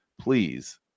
please